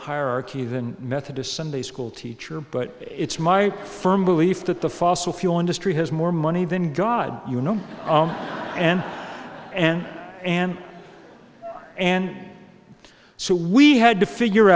hierarchy than methodist sunday school teacher but it's my firm belief that the fossil fuel industry has more money than god you know and and and and so we had to figure